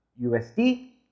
USD